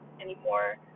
anymore